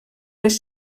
les